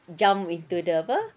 jump into the apa